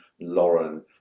lauren